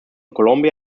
colombia